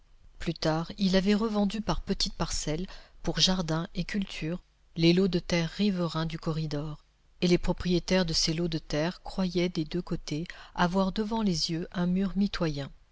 plus tard il avait revendu par petites parcelles pour jardins et cultures les lots de terre riverains du corridor et les propriétaires de ces lots de terre croyaient des deux côtés avoir devant les yeux un mur mitoyen